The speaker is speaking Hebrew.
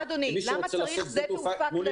למה צריך שדה תעופה כללי?